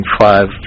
five